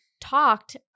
talked